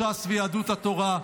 לש"ס ויהדות התורה,